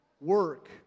work